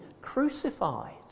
crucified